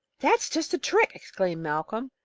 that's just the trick! exclaimed malcolm.